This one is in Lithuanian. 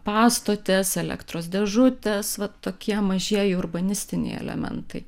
pastotės elektros dėžutės va tokie mažieji urbanistiniai elementai